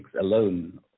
alone